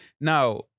Now